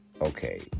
Okay